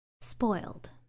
spoiled